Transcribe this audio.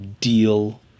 deal